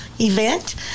Event